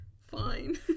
Fine